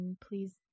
please